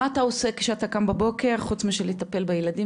מה אתה עושה כשאתה קם בבוקר חוץ מאשר לטפל בילדים